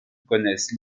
connaissent